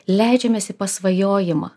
leidžiamės į pasvajojimą